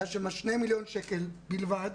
היו שם 2 מיליון שקל בלבד,